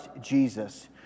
Jesus